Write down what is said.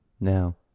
now